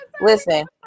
listen